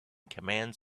commands